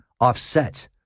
offset